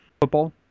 Football